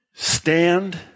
Stand